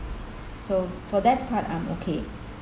so for that part I am okay